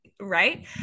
right